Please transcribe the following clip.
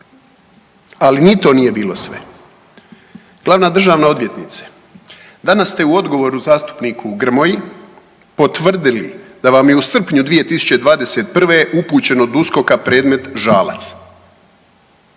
Ali ni to nije bilo sve. Glavna državna odvjetnice danas ste u odgovoru zastupniku Grmoji potvrdili da vam je u srpnju 2021. upućen od USKOK-a predmet Žalac